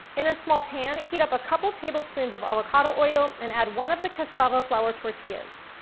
in a small pan, heat up a couple tablespoons of avocado oil and add one of the cassava flour tortillas.